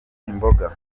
imboga